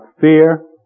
fear